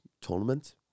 tournament